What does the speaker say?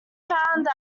found